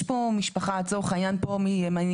יש פה משפחה מימיני,